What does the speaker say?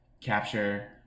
capture